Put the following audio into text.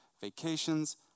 vacations